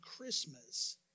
Christmas